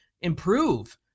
improve